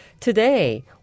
Today